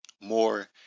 more